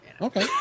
Okay